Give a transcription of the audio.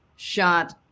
shot